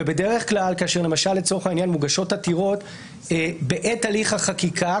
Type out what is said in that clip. ובדרך כלל כאשר למשל לצורך העניין מוגשות עתירות בעת הליך החקיקה,